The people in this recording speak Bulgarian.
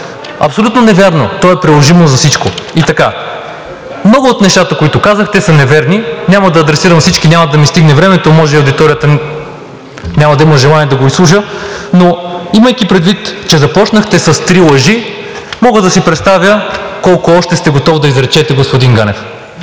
абсолютно невярно. То е приложимо за всичко. Много от нещата, които казахте, са неверни. Няма да адресирам всички, няма да ми стигне времето, а може би и аудиторията няма да има желание да ги изслуша. Но имайки предвид, че започнахте с три лъжи, мога да си представя колко още сте готов да изречете, господин Ганев.